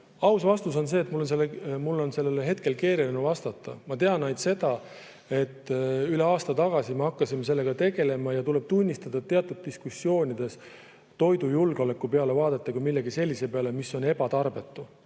Aus vastus on see, et mul on sellele hetkel keeruline vastata. Ma tean ainult seda, et üle aasta tagasi me hakkasime sellega tegelema. Tuleb tunnistada, et teatud diskussioonides vaadati toidujulgeoleku kui millegi sellise peale, mis on tarbetu